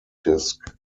disc